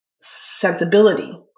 sensibility